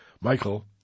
Michael